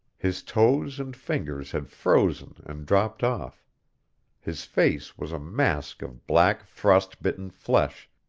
his toes and fingers had frozen and dropped off his face was a mask of black frost-bitten flesh,